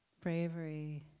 Bravery